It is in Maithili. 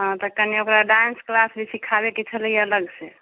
हँ तऽ कनि ओकरा डान्स क्लास सीखाबेके छलै हँ अलग से